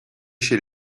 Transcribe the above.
chez